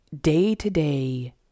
day-to-day